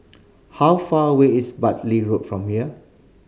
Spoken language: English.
how far away is Bartley Road from here